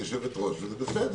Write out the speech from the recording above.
את יושבת הראש וזאת זכותך.